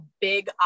big